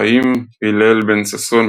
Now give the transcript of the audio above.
חיים הלל בן-ששון,